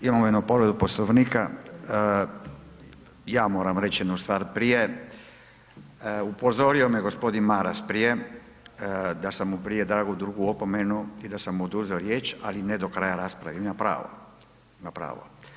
Imamo 1 povredu poslovnika, ja moram reći jednu stvar prije, upozorio me gospodin Maras prije, da sam mu prije dao drugu opomenu, i da sam mu oduzeo riječ, ali ne do kraja rasprave, ima pravo, ima pravo.